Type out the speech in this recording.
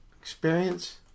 experience